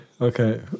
okay